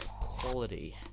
quality